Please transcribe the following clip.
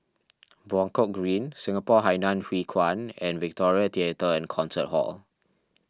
Buangkok Green Singapore Hainan Hwee Kuan and Victoria theatre and Concert Hall